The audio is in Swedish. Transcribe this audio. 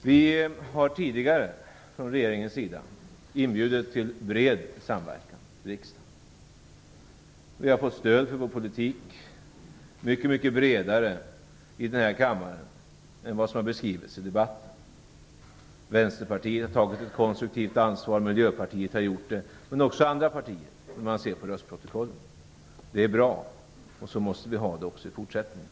Vi har tidigare från regeringens sida inbjudit till bred samverkan i riksdagen. Vi har fått stöd för vår politik, mycket mycket bredare i denna kammare än vad som beskrivits i debatten. Vänsterpartiet har tagit ett konstruktivt ansvar, Miljöpartiet likaså, men också andra partier, om man ser på röstprotokollen. Det är bra, och så måste vi ha det också i fortsättningen.